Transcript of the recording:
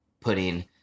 putting